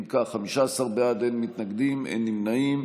אם כך, 15 בעד, אין מתנגדים, אין נמנעים.